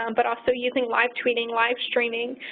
um but also using live tweeting, live streaming,